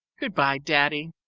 goodbye, daddy.